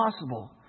impossible